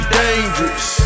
dangerous